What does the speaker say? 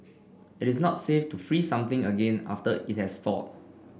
it is not safe to freeze something again after it has thawed